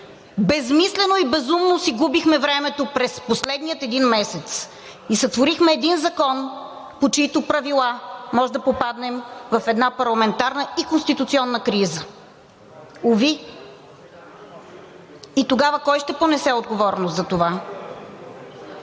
Безсмислено и безумно си губихме времето през последния един месец и сътворихме един закон, по чиито правила може да попаднем в една парламентарна и конституционна криза – уви! И тогава кой ще понесе отговорност за това?